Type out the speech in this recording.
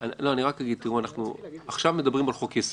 עכשיו אנחנו מדברים על חוק יסוד,